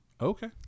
Okay